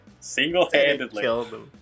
single-handedly